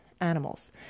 animals